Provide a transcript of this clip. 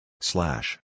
slash